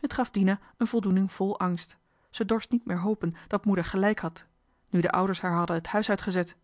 het gaf dina een voldoening vol angst ze dorst niet meer hopen dat moeder gelijk had nu de ouders haar hadden het huis uit